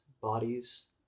bodies